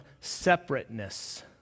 separateness